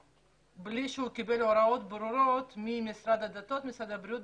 שהוא קיבל הוראות ברורות ממשרד הדתות ומשרד הבריאות.